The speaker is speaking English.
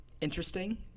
interesting